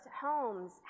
homes